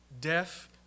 deaf